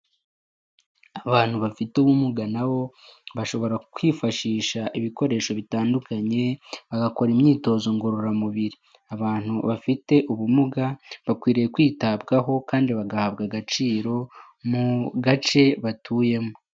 Abantu bafite ubumuga nabo, bashobora kwifashisha ibikoresho bitandukanye, bagakora imyitozo ngororamubiri. Abantu bafite ubumuga bakwiriye kwitabwaho kandi bagahabwa agaciro mu gace batuyemo.